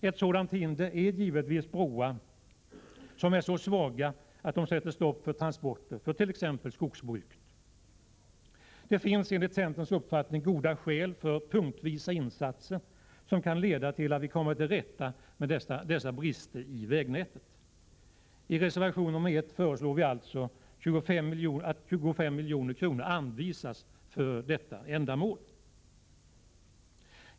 Ett sådant hinder är givetvis broar som är så svaga att de sätter stopp för transporter för t.ex. skogsbruket. Det finns enligt centerns uppfattning goda skäl för punktvisa insatser som kan leda till att vi kommer till rätta med dessa brister i vägnätet. I reservation nr 1 föreslår vi att 25 milj.kr. anvisas för detta ändamål.